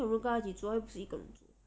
有人跟他一起做他又不是一个人